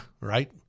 right